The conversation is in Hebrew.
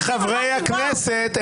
רבותיי חברי הכנסת,